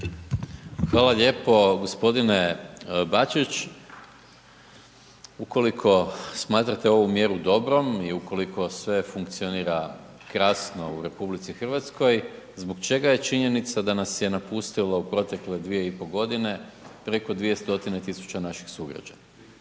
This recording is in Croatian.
Hvala lijepo gospodine Bačić. Ukoliko smatrate ovu mjeru dobrom i ukoliko sve funkcionira krasno u RH, zbog čega je činjenica da nas je napustilo u protekle 2,5 g. preko 2 stotine tisuće naših sugrađana?